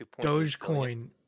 Dogecoin